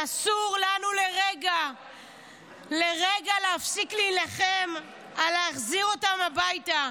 ואסור לנו לרגע להפסיק להילחם על להחזיר אותם הביתה.